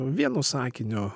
vienu sakiniu